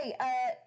hey